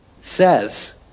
says